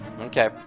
Okay